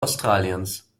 australiens